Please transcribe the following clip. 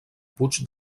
puig